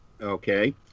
Okay